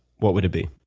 what would it be?